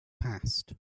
passed